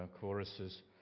choruses